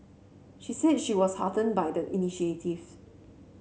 she said she was heartened by the initiatives